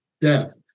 death